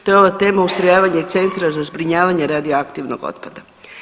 To je ova tema ustrojavanje Centra za zbrinjavanje radioaktivnog otpada.